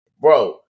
Bro